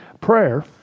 Prayer